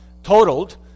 Totaled